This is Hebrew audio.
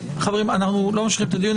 חברים, אנחנו לא ממשיכים את הדיון.